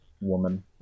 woman